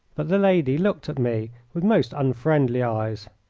but the lady looked at me with most unfriendly eyes.